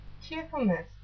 Cheerfulness